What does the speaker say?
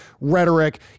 rhetoric